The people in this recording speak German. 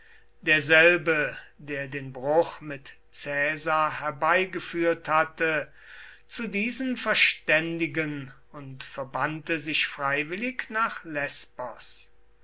derselbe der den bruch mit caesar herbeigeführt hatte zu diesen verständigen und verbannte sich freiwillig nach lesbos